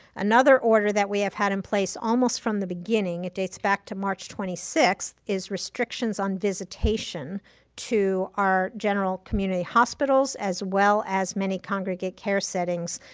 another order that we have had in place almost from the beginning, it dates back to march twenty sixth, is restrictions on visitation to our general community hospitals, as well as many congregate care settings,